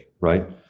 right